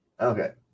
Okay